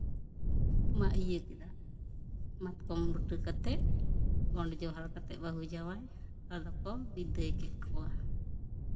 ᱢᱟ ᱤᱭᱟᱹ ᱠᱮᱫᱟ ᱢᱟᱛᱠᱚᱢ ᱵᱩᱴᱟᱹ ᱠᱟᱛᱮᱜ ᱜᱚᱸᱰ ᱡᱚᱦᱟᱨ ᱠᱟᱛᱮᱜ ᱵᱟᱹᱦᱩ ᱡᱟᱶᱟᱭ ᱟᱫᱚ ᱠᱚ ᱵᱤᱫᱟᱹᱭ ᱠᱚ ᱠᱚᱣᱟ